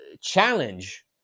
challenge